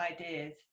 ideas